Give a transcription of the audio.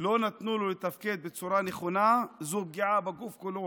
לא נתנו לתפקד בצורה נכונה, זאת פגיעה בגוף כולו.